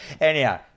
Anyhow